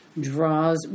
draws